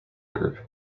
group